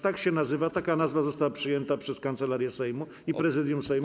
Tak się nazywa, taka nazwa została przyjęta przez Kancelarię Sejmu i Prezydium Sejmu.